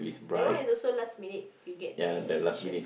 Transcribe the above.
that one is also last minute you get the T-shirt